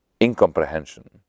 incomprehension